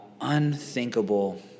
unthinkable